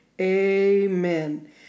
Amen